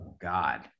God